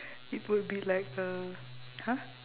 it would be like a !huh!